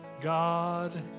God